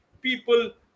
people